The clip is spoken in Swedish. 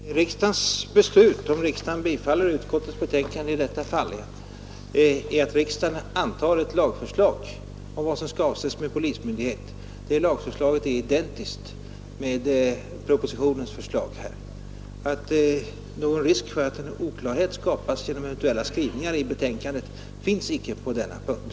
Herr talman! Riksdagens beslut, om riksdagen bifaller utskottets betänkande i detta fall, är att riksdagen antar ett lagförslag om vad som skall avses med polismyndighet. Det lagförslaget är identiskt med propositionens förslag. Någon risk för att en oklarhet skapas genom eventuella skrivningar i betänkandet finns icke på denna punkt.